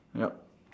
yup